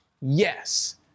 Yes